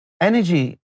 energy